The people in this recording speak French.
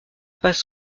pas